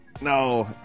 No